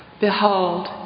Behold